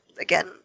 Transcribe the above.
again